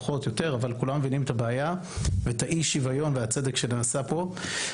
פחות או יותר את הבעיה ואת אי השוויון והצדק שנעשה כאן.